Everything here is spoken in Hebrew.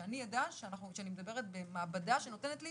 שאני אדע שאני מדברת במעבדה שנותנת לי